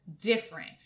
different